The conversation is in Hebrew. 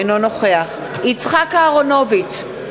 אינו נוכח יצחק אהרונוביץ,